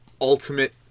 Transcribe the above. ultimate